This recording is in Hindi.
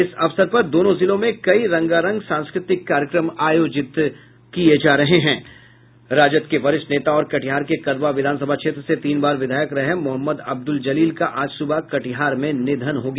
इस अवसर पर दोनों जिलों में कई रंगारंग सांकृतिक कार्यक्रम आयोजित किये जा रहे हैं राजद के वरिष्ठ नेता और कटिहार के कदवा विधानसभा क्षेत्र से तीन बार विधायक रहे मोहम्मद अब्दुल जलील का आज सुबह कटिहार में निधन हो गया